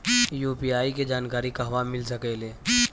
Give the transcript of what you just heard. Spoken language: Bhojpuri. यू.पी.आई के जानकारी कहवा मिल सकेले?